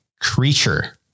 creature